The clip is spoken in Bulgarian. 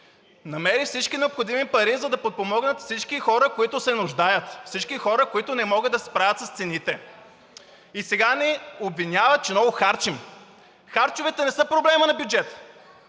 Намери всички необходими пари, за да подпомогнат всички хора, които се нуждаят, всички хора, които не могат да се справят с цените. И сега ни обвиняват, че много харчим. Харчовете не са проблемът на бюджета.